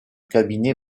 cabinet